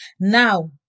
now